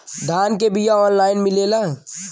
धान के बिया ऑनलाइन मिलेला?